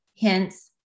hence